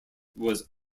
was